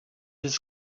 his